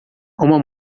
uma